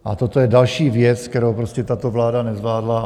A toto je další věc, kterou prostě tato vláda nezvládla.